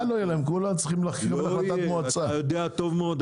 אתה יודע טוב מאוד,